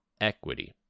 equity